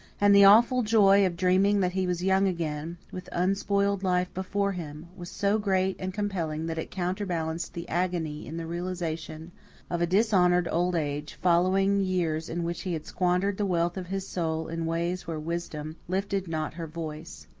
and the awful joy of dreaming that he was young again, with unspoiled life before him, was so great and compelling that it counterbalanced the agony in the realization of a dishonoured old age, following years in which he had squandered the wealth of his soul in ways where wisdom lifted not her voice.